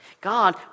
God